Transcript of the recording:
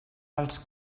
els